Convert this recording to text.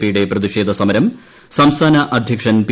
P യുടെ പ്രതിഷേധ സമരം സംസ്ഥാന അധ്യക്ഷൻ പി